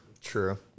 True